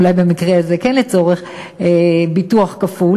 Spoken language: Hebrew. אולי במקרה הזה כן ביטוח כפול.